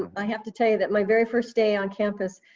but i have to tell you that my very first day on campus,